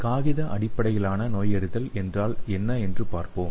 காகித அடிப்படையிலான நோயறிதல் என்றால் என்ன என்று பார்ப்போம்